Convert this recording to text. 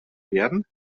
werden